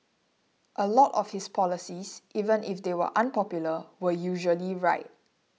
a lot of his policies even if they were unpopular were usually right